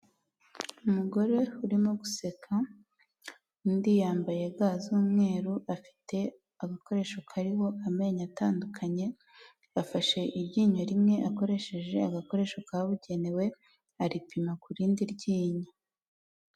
Umugore urimo guseka undi yambaye ga z'umweru afite agakoresho kariho amenyo atandukanye afashe iryinyo rimwe akoresheje agakoresho kabugenewe aripima ku rindi ryinyo.